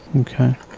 Okay